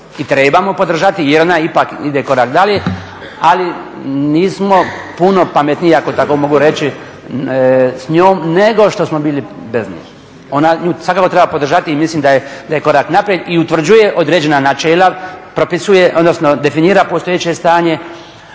i trebamo podržati jer ona ipak ide korak dalje ali nismo puno pametniji ako tako mogu reći s njom nego što smo bili bez nje. Nju svakako treba podržati i mislim da je korak naprijed i utvrđuje određena načela, propisuje, odnosno definira postojeće stanje,